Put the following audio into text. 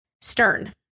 stern